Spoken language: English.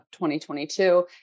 2022